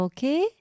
Okay